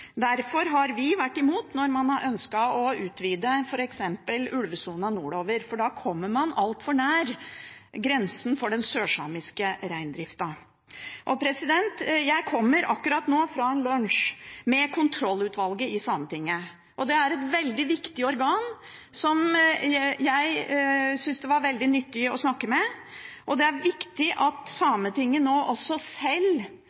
Derfor har vi vært imot når man har ønsket å utvide f.eks. ulvesonen nordover, for da kommer man altfor nær grensen for den sørsamiske reindriften. Jeg kommer akkurat nå fra en lunsj med kontrollutvalget i Sametinget. Det er et veldig viktig organ som jeg synes det var veldig nyttig å snakke med, og det er viktig at